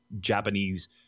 Japanese